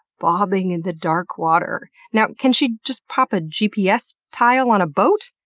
bobbing in the dark water. now, can she just pop a gps tile on a boat?